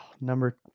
number